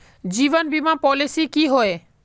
जीवन बीमा पॉलिसी की होय?